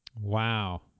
Wow